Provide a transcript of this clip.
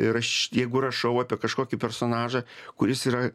ir aš jeigu rašau apie kažkokį personažą kuris yra